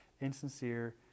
insincere